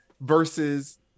versus